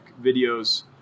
videos